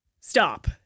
stop